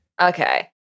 okay